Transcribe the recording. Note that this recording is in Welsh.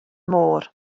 môr